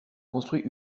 construit